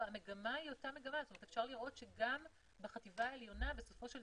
איפה אני כמפקחת על הייעוץ במשך המון שנים רואה